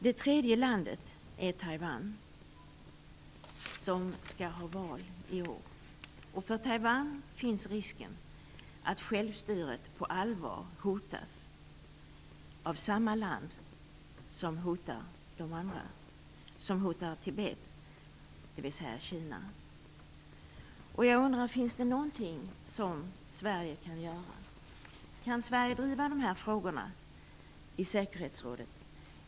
Det tredje landet som skall ha val i år är Taiwan. För Taiwan finns risken att självstyret på allvar hotas av samma land som hotar de andra och som hotar Tibet, dvs. Kina. Finns det någonting som Sverige kan göra? Kan Sverige driva dessa frågor i säkerhetsrådet?